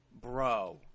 Bro